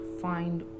find